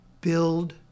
build